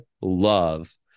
love